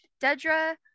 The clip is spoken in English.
dedra